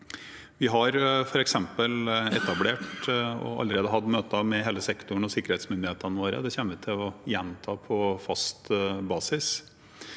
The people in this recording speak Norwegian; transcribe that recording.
f.eks. etablert og allerede hatt møter med hele sektoren og sikkerhetsmyndighetene våre. Det kommer vi til å gjenta på fast basis.